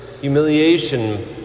Humiliation